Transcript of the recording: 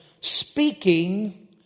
speaking